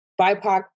BIPOC